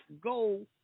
go